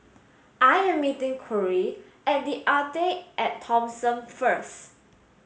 I am meeting Kory at The Arte at Thomson first